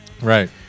Right